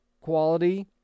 quality